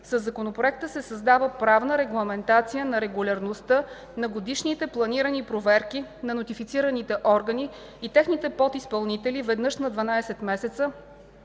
Със Законопроекта се създава правна регламентация на регулярността на годишните планирани проверки на нотифицираните органи и техните подизпълнители – веднъж на 12 месеца